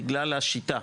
בגלל השיטה.